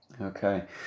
Okay